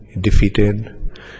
defeated